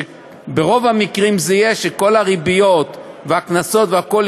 ברוב המקרים זה יהיה שכל הריביות והקנסות והכול,